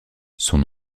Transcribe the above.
son